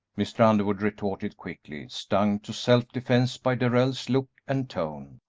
mr. underwood retorted, quickly, stung to self-defence by darrell's look and tone.